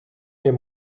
der